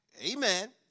Amen